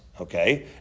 Okay